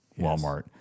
Walmart